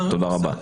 תודה רבה.